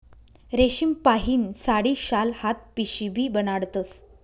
रेशीमपाहीन साडी, शाल, हात पिशीबी बनाडतस